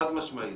חד משמעית,